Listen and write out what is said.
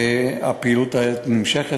והפעילות נמשכת.